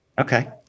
Okay